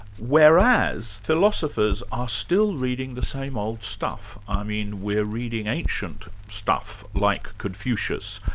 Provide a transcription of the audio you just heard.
whereas philosophers are still reading the same old stuff. i mean, we're reading ancient stuff like confucius,